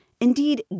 Indeed